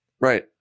Right